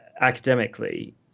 academically